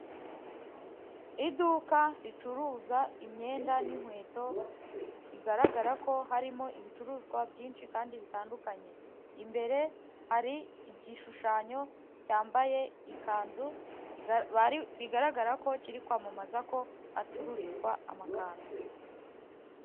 Iduka ricuruza imyenda n'inkweto rigaragara ko harimo ibicuruzwa byinshi kandi bitandukanye, imbere hari igishushanyo cyambaye ikanzu, bigaragara ko kiri kwamamaza ko hacururizwa amakanzu.